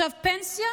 עכשיו, פנסיה